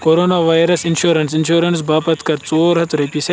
corona virus insurance insurance باپتھ کَر ژور ہَتھ رۄپیہِ سیی